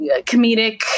comedic